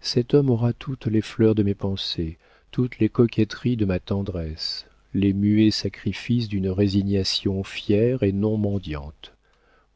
cet homme aura toutes les fleurs de mes pensées toutes les coquetteries de ma tendresse les muets sacrifices d'une résignation fière et non mendiante